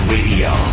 Radio